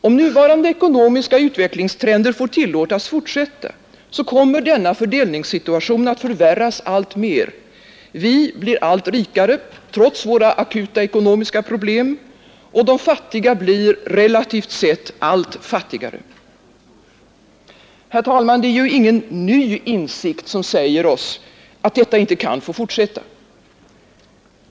Om nuvarande ekonomiska utvecklingstrender tillåtes fortsätta, kommer denna fördelningssituation att förvärras alltmer: Vi blir allt rikare trots våra akuta ekonomiska problem, och de fattiga blir — relativt sett — allt fattigare. Herr talman! Det är ju ingen ny insikt som säger oss att detta inte kan få fortsätta.